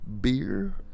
Beer